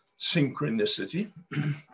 synchronicity